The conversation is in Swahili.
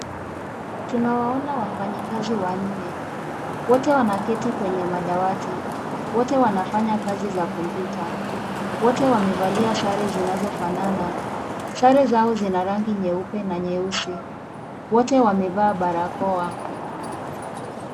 Tunawaona wafanyikazi wanne, wote wanaketi kwenye madawati, wote wanafanya kazi za kompyuta, wote wamevalia sare zinazofanana, sare zao zina rangi nyeupe na neusi, wote wamevalia barakoa.